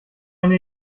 eine